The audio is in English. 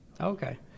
okay